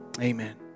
Amen